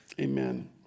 amen